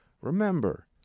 remember